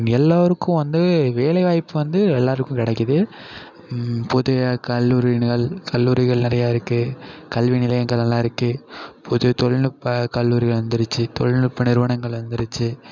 எல்லோருக்கும் வந்து வேலைவாய்ப்பு வந்து எல்லோருக்கும் கிடைக்கிது போதிய கல்லூரிகள் கல்லூரிகள் நிறைய இருக்குது கல்வி நிலையங்களெல்லாம் இருக்குது புது தொழில்நுட்ப கல்லூரி வந்துருச்சு தொழில்நுட்ப நிறுவனங்கள் வந்துருச்சு